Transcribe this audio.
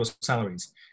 salaries